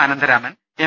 Anantharaman M